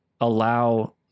allow